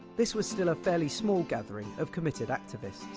this was still a fairly small gathering of committed activists.